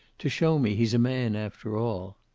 to show me he's a man, after all.